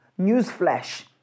Newsflash